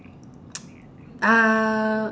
uh